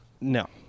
No